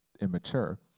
immature